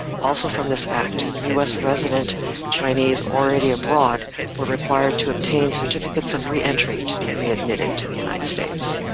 also from this act, us resident chinese already abroad were required to obtain certificates of re-entry to be readmitted to the united states.